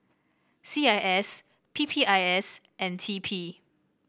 C I S P P I S and T P